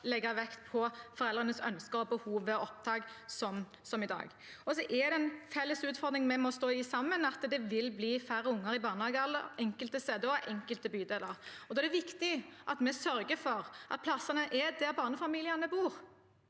legge vekt på foreldrenes ønsker og behov ved opptak, sånn som i dag. Det er en felles utfordring vi må stå i sammen, at det vil bli færre unger i barnehagealder enkelte steder og i enkelte bydeler. Da er det viktig at vi sørger for at plassene er der barnefamiliene bor,